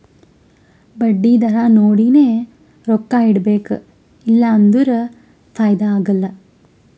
ಬಡ್ಡಿ ದರಾ ನೋಡಿನೆ ರೊಕ್ಕಾ ಇಡಬೇಕು ಇಲ್ಲಾ ಅಂದುರ್ ಫೈದಾ ಆಗಲ್ಲ